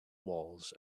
walls